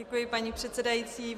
Děkuji paní předsedající.